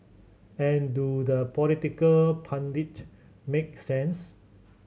and do the political pundit make sense